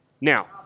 Now